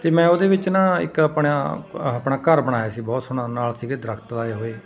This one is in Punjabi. ਅਤੇ ਮੈਂ ਉਹਦੇ ਵਿੱਚ ਨਾ ਇੱਕ ਆਪਣਾ ਆਪਣਾ ਘਰ ਬਣਾਇਆ ਸੀ ਬਹੁਤ ਸੋਹਣਾ ਨਾਲ ਸੀਗੇ ਦਰਖਤ ਲਾਏ ਹੋਏ